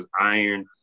iron